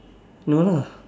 no lah